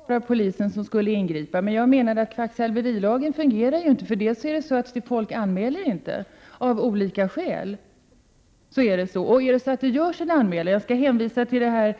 Fru talman! Ja, det borde ju vara polisen som skall ingripa. Jag menade emellertid att kvacksalverilagen inte fungerar. För det första gör folk inte en anmälan av olika skäl. För det andra är det osäkert vad en anmälan leder till. Jag skall hänvisa till